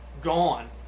gone